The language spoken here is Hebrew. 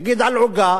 נגיד על עוגה,